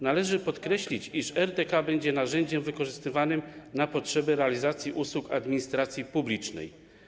Należy podkreślić, iż RDK będzie narzędziem wykorzystywanym na potrzeby realizacji usług administracji publicznej.